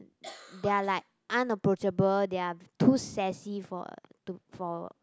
they're like unapproachable they are too sassy for a to for a